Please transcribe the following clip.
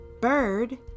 bird